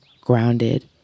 grounded